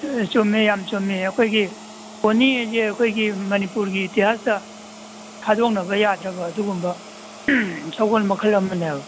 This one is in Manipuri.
ꯆꯨꯝꯃꯦ ꯌꯥꯝ ꯆꯨꯝꯃꯦ ꯄꯣꯅꯤ ꯍꯥꯏꯁꯦ ꯑꯩꯈꯣꯏ ꯃꯅꯤꯄꯨꯔꯒꯤ ꯏꯇꯤꯍꯥꯁꯇ ꯊꯥꯗꯣꯛꯅꯕ ꯌꯥꯗ꯭ꯔꯕ ꯑꯗꯨꯒꯨꯝꯕ ꯁꯒꯣꯜ ꯃꯈꯜ ꯑꯃꯅꯦꯕ